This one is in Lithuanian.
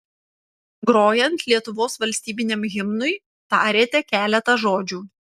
grojant lietuvos valstybiniam himnui tarėte keletą žodžių